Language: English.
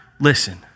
listen